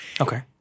Okay